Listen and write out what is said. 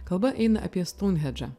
kalba eina apie stounhendžą